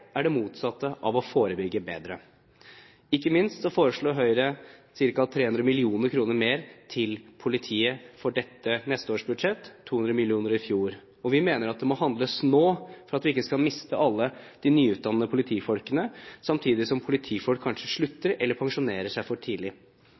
er det motsatte av å forebygge bedre. Ikke minst foreslår Høyre ca. 300 mill. kr mer til politiet for neste års budsjett – 200 mill. kr i fjor. Vi mener at det må handles nå, slik at vi ikke skal miste alle de nyutdannede politifolkene, samtidig som politifolk kanskje